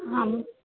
आम्